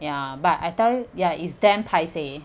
ya but I tell you ya it's damn paiseh